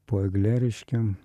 po egle reiškia